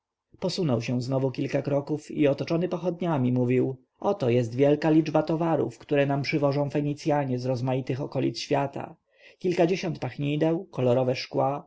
posunął się znowu kilka kroków i otoczony pochodniami mówił oto jest wielka liczba towarów które nam przywożą fenicjanie z rozmaitych okolic świata kilkadziesiąt pachnideł kolorowe szkła